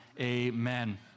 amen